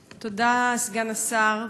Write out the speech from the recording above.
תודה, סגן השר.